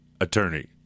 Attorney